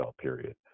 period